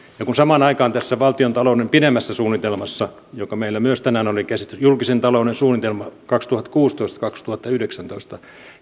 ja samaan aikaan tässä valtiontalouden pidemmässä suunnitelmassa joka meillä myös tänään oli käsittelyssä julkisen talouden suunnitelma kaksituhattakuusitoista viiva kaksituhattayhdeksäntoista